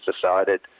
decided